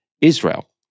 Israel